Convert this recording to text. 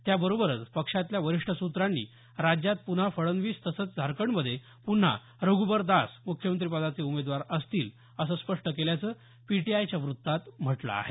त्या बरोबरच पक्षातल्या वरिष्ठ सूत्रांनी राज्यात पुन्हा फडणवीस तसंच झारखंडमध्ये पुन्हा रघुबर दास मुख्यमंत्रीपदाचे उमेदवार असतील असं स्पष्ट केल्याचं पीटीआयच्या व्रत्तात म्हटलं आहे